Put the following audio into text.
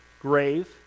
grave